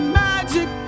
magic